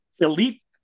Elite